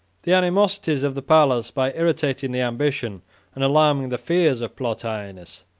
the animosities of the palace, by irritating the ambition and alarming the fears of plautianus,